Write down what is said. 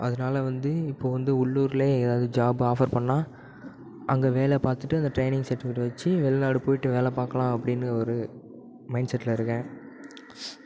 அதனால் வந்து இப்போ வந்து உள்ளூரில் ஏதாவது ஜாப் ஆஃபர் பண்ணிணா அங்கே வேலை பார்த்துட்டு அந்த ட்ரைனிங் ஸர்டிஃபிகேட் வச்சு வெளிநாட்டு போயிட்டு வேலை பார்க்கலாம் அப்படினு ஒரு மைண்ட்செட்டில் இருக்கேன்